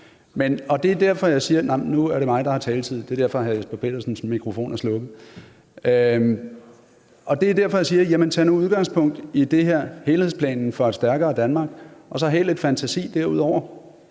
Det er derfor, jeg siger, at lad os nu tage udgangspunkt i den helhedsplan for et stærkere Danmark, og lad os have lidt fantasi derudover.